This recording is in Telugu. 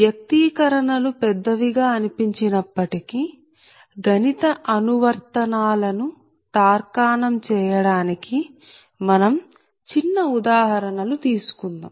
వ్యక్తీకరణ లు పెద్దవి గా అనిపించినప్పటికీ గణిత అనువర్తనాలను తార్కాణం చేయడానికి మనం చిన్న ఉదాహరణ లు తీసుకుందాం